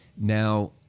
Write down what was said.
Now